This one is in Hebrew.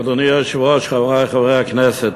אדוני היושב-ראש, חברי חברי הכנסת,